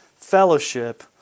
fellowship